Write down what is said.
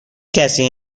کسی